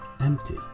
empty